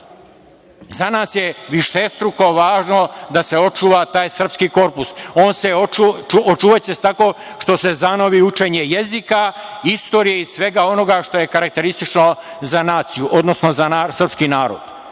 Za nas je višestruko važno da se očuva taj srpski korpus. On će se očuvati tako što se zanovi učenje jezika, istorije i svega onoga što je karakteristično za naciju, odnosno za srpski narod. Drugo,